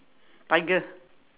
tiger